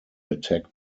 attack